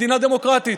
מדינה דמוקרטית.